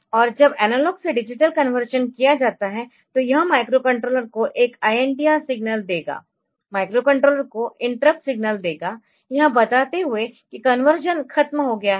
और जब एनालॉग से डिजिटल कन्वर्शन किया जाता है तो यह माइक्रोकंट्रोलर को एक INTR सिग्नल देगा माइक्रोकंट्रोलर को इंटरप्ट सिग्नल देगा यह बताते हुए कि कन्वर्शन खत्म हो गया है